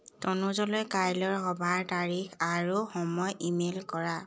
তনুজলৈ কাইলৈৰ সভাৰ তাৰিখ আৰু সময় ই মেইল কৰা